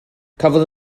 cafodd